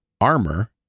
armor